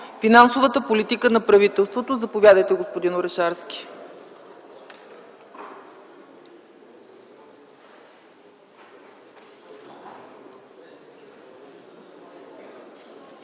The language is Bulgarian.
финансовата политика на правителството. Заповядайте, господин Орешарски.